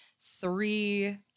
three